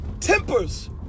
tempers